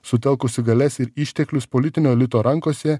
sutelkusi galias ir išteklius politinio elito rankose